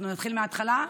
אנחנו נתחיל מהתחלה?